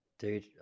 Dude